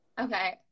Okay